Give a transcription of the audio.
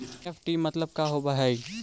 NEFT मतलब का होब हई?